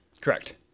Correct